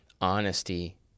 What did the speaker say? honesty